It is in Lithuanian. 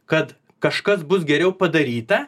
kad kažkas bus geriau padaryta